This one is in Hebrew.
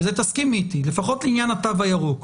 בזה תסכימי איתי, לפחות לעניין התו הירוק.